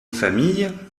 familles